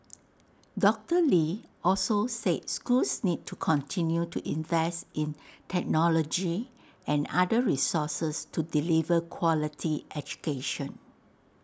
doctor lee also said schools need to continue to invest in technology and other resources to deliver quality education